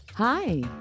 Hi